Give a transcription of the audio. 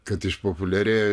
kad išpopuliarėjo